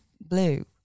blue